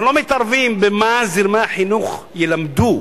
אנחנו לא מתערבים במה שזרמי החינוך ילמדו